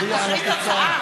תכריז תוצאה.